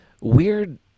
weird